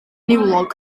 niwlog